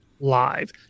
live